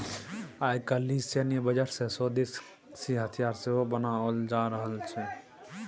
आय काल्हि सैन्य बजट सँ स्वदेशी हथियार सेहो बनाओल जा रहल छै